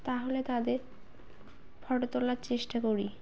তাহলে তাদের ফটো তোলার চেষ্টা করি